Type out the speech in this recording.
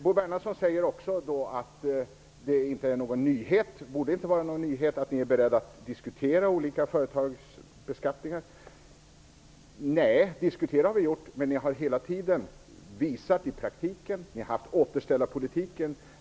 Bo Bernhardsson säger också att det inte borde vara någon nyhet att man är beredd att diskutera olika företagsbeskattningar. Nej, diskutera har vi gjort, men nu gäller det vad ni har visat i praktiken. Ni har haft återställarpolitiken.